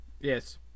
Yes